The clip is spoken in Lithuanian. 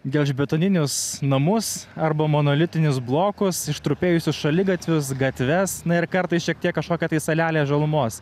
gelžbetoninius namus arba monolitinius blokus ištrupėjusius šaligatvius gatves na ir kartais šiek tiek kažkokią salelę žalumos